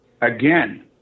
Again